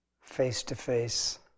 face-to-face